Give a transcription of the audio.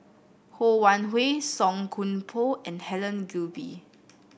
Ho Wan Hui Song Koon Poh and Helen Gilbey